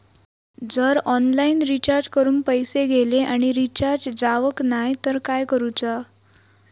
जर online recharge करून पैसे गेले आणि रिचार्ज जावक नाय तर काय करूचा?